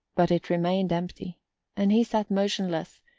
but it remained empty and he sat motionless,